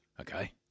Okay